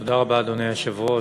אדוני היושב-ראש,